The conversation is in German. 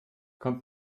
kommt